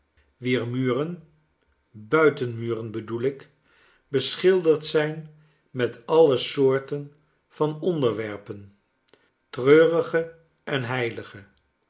wier muren buitenmuren bedoel ik beschilderd zijn met alle soorten van onderwerpen treurige en heilige